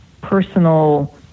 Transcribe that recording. personal